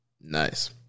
Nice